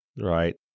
Right